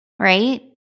Right